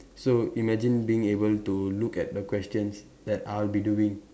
so imagine being able to look at the questions that I'll be doing